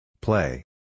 Play